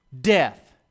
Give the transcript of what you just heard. death